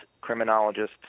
criminologists